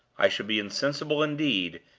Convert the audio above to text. i should be insensible, indeed,